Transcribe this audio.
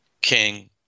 King